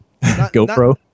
GoPro